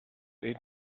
they